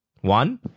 One